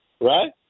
Right